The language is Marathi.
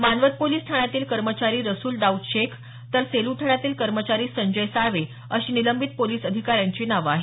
मानवत पोलीस ठाण्यातील कर्मचारी रसूल दाऊद शेख तर सेलू ठाण्यातील कर्मचारी संजय साळवे अशी निलंबित पोलिस कर्मचाऱ्यांची नावं आहेत